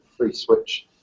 FreeSwitch